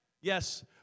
Yes